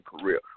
career